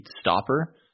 stopper